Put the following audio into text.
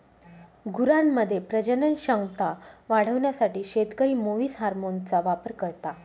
गुरांमध्ये प्रजनन क्षमता वाढवण्यासाठी शेतकरी मुवीस हार्मोनचा वापर करता